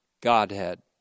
Godhead